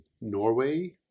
Norway